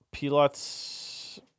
Pilots